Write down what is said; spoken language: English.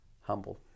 humble